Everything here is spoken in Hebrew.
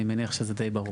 אני מניח שזה די ברור.